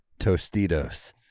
Tostitos